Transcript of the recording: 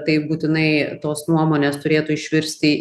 taip būtinai tos nuomonės turėtų išvirsti